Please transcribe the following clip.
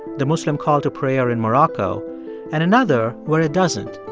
the muslim call to prayer in morocco and another where it doesn't,